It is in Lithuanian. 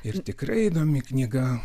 ir tikrai įdomi knyga